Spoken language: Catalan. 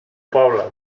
poble